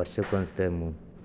ವರ್ಷಕ್ಕೊಂದು ಟೈಮು